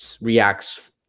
reacts